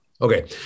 Okay